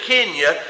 Kenya